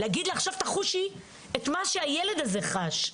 להגיד לה: עכשיו תחושי את מה שהילד הזה חש.